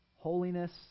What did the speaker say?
Holiness